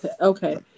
Okay